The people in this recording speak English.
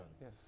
Yes